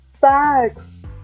facts